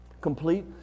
Complete